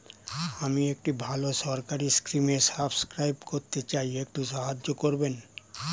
আমি একটি ভালো সরকারি স্কিমে সাব্সক্রাইব করতে চাই, একটু সাহায্য করবেন?